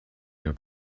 your